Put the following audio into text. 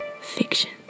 fiction